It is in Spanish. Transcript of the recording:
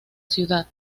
ciudad